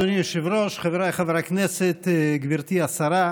אדוני היושב-ראש, חבריי חברי הכנסת, גברתי השרה,